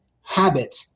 habit